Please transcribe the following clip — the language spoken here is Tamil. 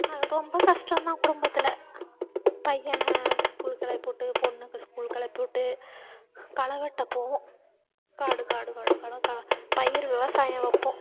அது ரொம்ப கஷ்டம்தான் குடும்பத்தில் பையனை ஸ்கூல் கிளப்பிவுட்டு பொண்ணுக்கு ஸ்கூல் கிளப்பிவுட்டு களை வெட்டப் போவோம் காடு காடு காடு காடு கா பயிர் விவசாயம் வைப்போம்